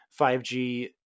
5g